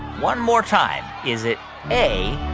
one more time. is it a,